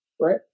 right